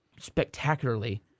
spectacularly